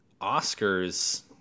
Oscars